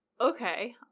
Okay